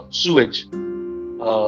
sewage